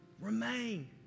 Remain